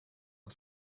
are